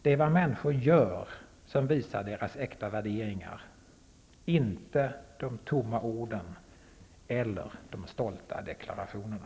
Det är vad människor gör som visar deras äkta värderingar -- inte de tomma orden eller de stolta deklarationerna.